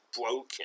broken